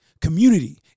community